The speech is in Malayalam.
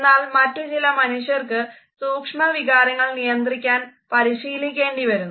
എന്നാൽ മറ്റു ചില മനുഷ്യർക്ക് സൂക്ഷ്മവികാരങ്ങൾ നിയന്ത്രിക്കാൻ പരിശീലിക്കേണ്ടിവരുന്നു